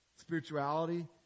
spirituality